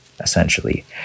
essentially